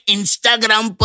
Instagram